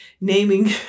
naming